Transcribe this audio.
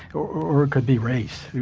or it could be race,